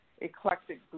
Eclectic